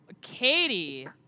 Katie